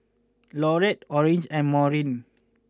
Laurette Orange and Maurine